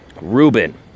Ruben